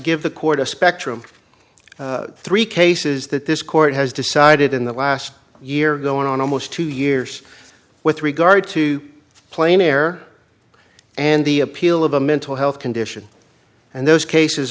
give the court a spectrum three cases that this court has decided in the last year going on almost two years with regard to plane air and the appeal of a mental health condition and those cases